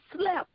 slept